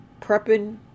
prepping